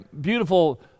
beautiful